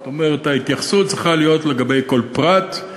זאת אומרת, ההתייחסות צריכה להיות לגבי כל פרט,